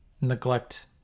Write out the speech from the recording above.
neglect